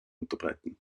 unterbreiten